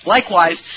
Likewise